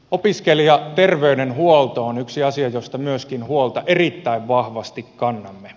opiskelijaterveydenhuolto on yksi asia josta myöskin huolta erittäin vahvasti kannamme